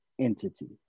entity